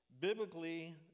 biblically